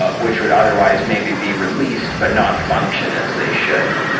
ah which would otherwise maybe be released, but not function as they should.